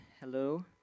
hello